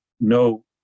no